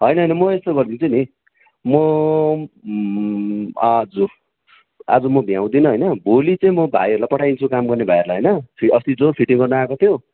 होइन होइन म यस्तो गरिदिन्छु नि म आज आज म भ्याउदिनँ होइन भोलि चाहिँ म भाइहरूलाई पठाइदिन्छु काम गर्ने भाइहरूलाई होइन अस्ति जो फिटिङ गर्नु आएको थियो